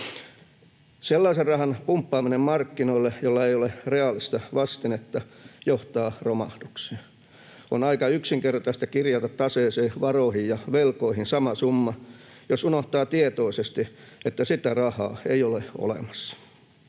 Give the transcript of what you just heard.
Sellaisen rahan pumppaaminen markkinoille, jolla ei ole reaalista vastinetta, johtaa romahdukseen. On aika yksinkertaista kirjata taseeseen varoihin ja velkoihin sama summa, jos unohtaa tietoisesti, että sitä rahaa ei ole olemassa.